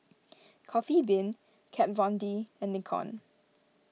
Coffee Bean Kat Von D and Nikon